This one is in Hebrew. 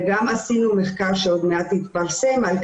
הרבה מאוד מטופלים או לא מטופלים בתוך